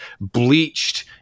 bleached